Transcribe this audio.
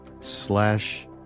slash